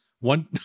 one